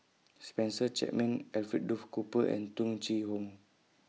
Spencer Chapman Alfred Duff Cooper and Tung Chye Hong